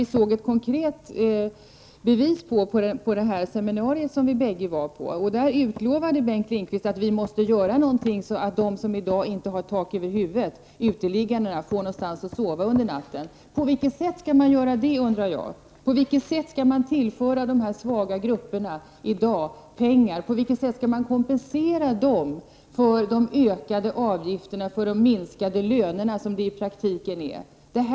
Vi såg ett konkret bevis på den utvecklingen på det seminarium som vi båda deltog i. Bengt Lindqvist utlovade där att vi skulle göra någonting för att uteliggarna skall få någonstans att sova om nätterna. På vilket sätt skall det ske? undrar jag. På vilket sätt skall man tillföra dessa svaga grupper pengar? På vilket sätt skall de kompenseras för de ökade avgifterna och för de minskade löner som det i praktiken är fråga om.